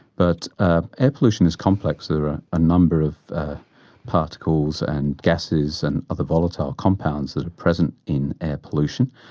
but ah air pollution is complex, there are a number of particles and gases and other volatile compounds that are present in air pollution,